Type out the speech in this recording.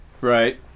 Right